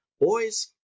Boys